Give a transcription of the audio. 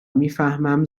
میفهمم